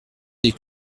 des